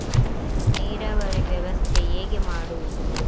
ನೀರಾವರಿ ವ್ಯವಸ್ಥೆ ಹೇಗೆ ಮಾಡುವುದು?